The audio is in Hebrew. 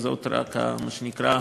וזו רק, מה שנקרא,